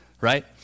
right